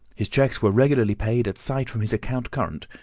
his cheques were regularly paid at sight from his account current,